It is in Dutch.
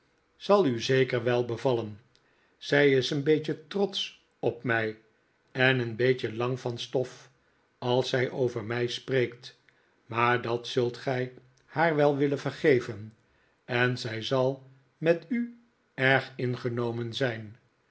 zal u zeker wel bevallen zij is een beetje trotsch op mij en een beetje lang van stof als zij over mij spreekt maar dat zult gij haar wel willen vergeven en zij zal met u erg ingenomen zijn